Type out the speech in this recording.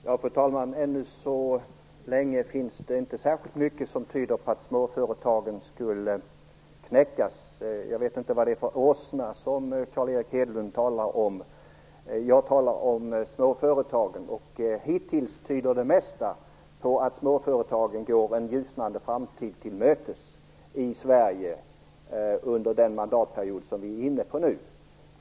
Fru talman! Än så länge finns det inte särskilt mycket som tyder på att småföretagen skulle knäckas. Jag vet inte vad det är för åsna som Carl Erik Hedlund talar om. Jag talar om småföretagen. Hittills tyder det mesta på att småföretagen i Sverige går en ljusnande framtid till mötes under den mandatperiod vi nu är inne på.